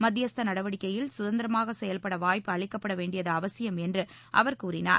மத்தியஸ்த நடவடிக்கைகளில் சுதந்திரமாக செயல்பட வாய்ப்பு அளிக்கப்படவேண்டியது அவசியம் என்று அவர் கூறினார்